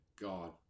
God